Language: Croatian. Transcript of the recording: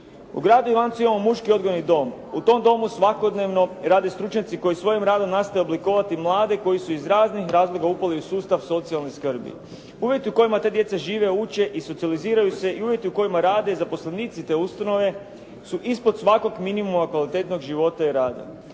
U gradu Ivancu imamo muški odgojni dom. U tom domu svakodnevno rade stručnjaci koji svojim radom nastoje oblikovati mlade koji su iz raznih razloga upali u sustav socijalne skrbi. Uvjeti u kojima ta djeca žive, uče i socijaliziraju se i uvjeti u kojima rade zaposlenici te ustanove su ispod svakog minimuma kvalitetnog života i rada.